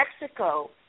Mexico